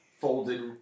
folded